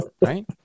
Right